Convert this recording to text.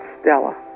Stella